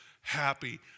happy